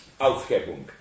Aufhebung